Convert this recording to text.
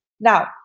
Now